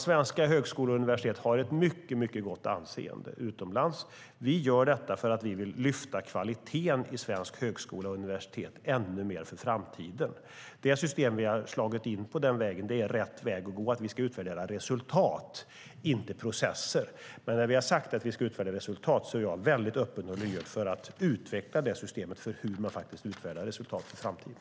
Svenska högskolor och universitet har mycket gott anseende utomlands. Vi gör detta för att vi vill lyfta kvaliteten i svenska högskolor och universitet ännu mer för framtiden. Det system vi har är rätt väg att gå. Vi ska utvärdera resultat och inte processer. När vi har sagt att vi ska utvärdera resultat är jag väldigt öppen och lyhörd för att utveckla systemet för hur man utvärderar resultat i framtiden.